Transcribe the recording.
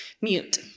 mute